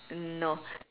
no